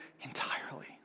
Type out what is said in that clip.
entirely